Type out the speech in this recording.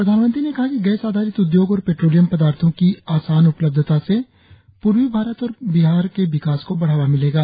प्रधानमंत्री ने कहा कि गैस आधारित उद्योग और पेट्रोलियम पदार्थों की आसान उपलब्धता से प्रर्वी भारत और बिहार के विकास को बढ़ावा मिलेगा